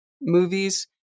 movies